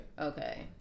Okay